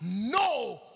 no